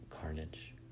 carnage